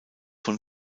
von